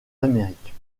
amériques